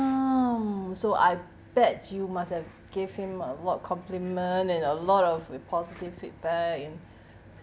so I bet you must have gave him a lot of complement and a lot of with positive feedback and